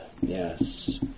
Yes